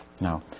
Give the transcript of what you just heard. Now